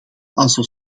alsof